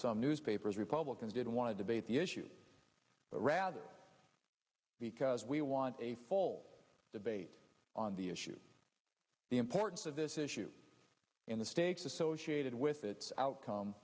some newspapers republicans didn't want to debate the issue but rather because we want a full debate on the issue the importance of this issue in the stakes associated with its outcome